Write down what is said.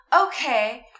okay